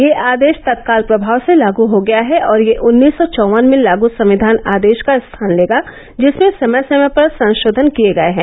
यह आदेश तत्काल प्रभाव से लागू हो गया है और यह उन्नीस सौ चौवन में लागू संविधान आदेश का स्थान लेगा जिसमें समय समय पर संशोधन किये गये हैं